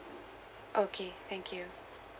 okay thank you